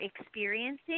experiencing